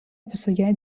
visoje